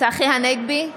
צחי הנגבי,